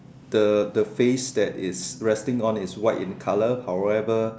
the the face that is resting on is white in colour however